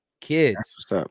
kids